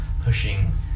Pushing